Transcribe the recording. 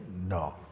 No